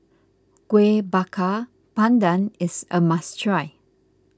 Kueh Bakar Pandan is a must try